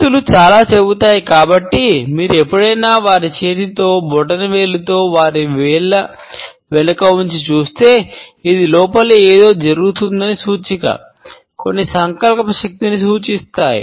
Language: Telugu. చేతులు చాలా చెబుతాయి కాబట్టి మీరు ఎప్పుడైనా వారి చేతితో బొటనవేలుతో వారి వేళ్ళ వెనుక ఉంచి చూస్తే ఇది లోపల ఏదో జరుగుతుందని సూచిక కొన్ని సంకల్ప శక్తిని సూచిస్తాయి